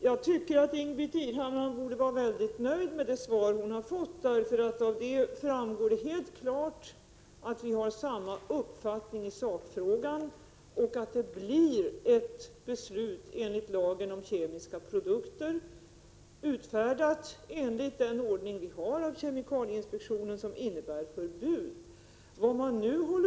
Herr talman! Jag tycker Ingbritt Irhammar borde vara nöjd med det svar hon fått. Det framgår nämligen av svaret att vi har samma uppfattning i sakfrågan och att det blir ett beslut enligt lagen om kemiska produkter, utfärdat enligt den ordning vi har av kemikalieinspektionen. Detta kommer att innebära förbud.